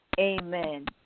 amen